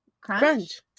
Crunch